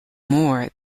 more